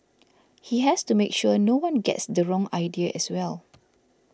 he has to make sure no one gets the wrong idea as well